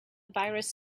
virus